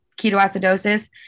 ketoacidosis